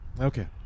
Okay